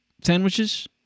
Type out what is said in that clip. sandwiches